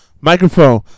Microphone